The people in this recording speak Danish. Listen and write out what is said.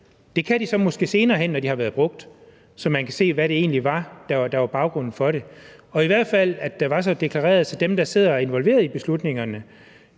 Det kan de så måske senere hen, når de er blevet brugt, så man kan se, hvad det egentlig var, der var baggrunden for det. De kunne i hvert fald være så deklareret, at dem, der sidder og er involveret i beslutningerne,